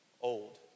Old